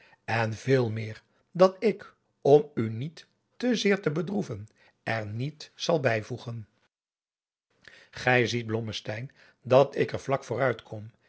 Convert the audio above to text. en veel meer dat ik om u niet te zeer te bedroeven er niet zal bijvoegen gij ziet blommesteyn dat ik er vlak vooruit kom